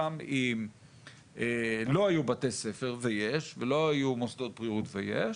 גם אם לא היו בתי ספר ויש ולא היו מוסדות בריאות ויש,